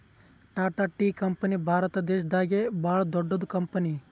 Tata tea company Bharat ದೇಶದಾಗೆ ಭಾಳ್ ದೊಡ್ಡದ್ ಕಂಪನಿ